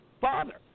father